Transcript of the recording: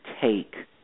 take